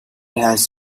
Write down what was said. has